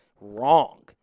wrong